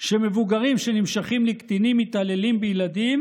"שמבוגרים שנמשכים לקטינים מתעללים בילדים